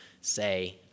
say